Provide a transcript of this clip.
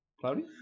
Cloudy